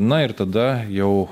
na ir tada jau